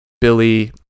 Billy